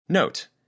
Note